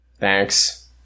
Thanks